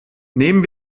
nehmen